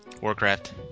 Warcraft